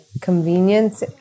convenience